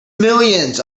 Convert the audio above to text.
millions